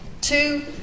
Two